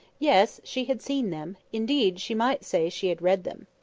yes, she had seen them indeed, she might say she had read them.